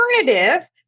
alternative